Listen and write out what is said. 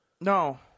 No